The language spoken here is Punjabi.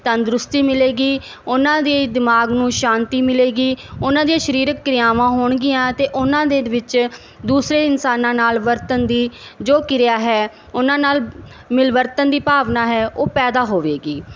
ਤੰਦਰੁਸਤੀ ਮਿਲੇਗੀ ਉਹਨਾਂ ਦੇ ਦਿਮਾਗ ਨੂੰ ਸ਼ਾਂਤੀ ਮਿਲੇਗੀ ਉਹਨਾਂ ਦੀਆਂ ਸ਼ਰੀਰਕ ਕਿਰਿਆਵਾਂ ਹੋਣਗੀਆਂ ਅਤੇ ਉਹਨਾਂ ਦੇ ਵਿੱਚ ਦੂਸਰੇ ਇਨਸਾਨਾਂ ਨਾਲ ਵਰਤਣ ਦੀ ਜੋ ਕਿਰਿਆ ਹੈ ਉਹਨਾਂ ਨਾਲ ਮਿਲਵਰਤਨ ਦੀ ਭਾਵਨਾ ਹੈ ਉਹ ਪੈਦਾ ਹੋਵੇਗੀ